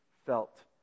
felt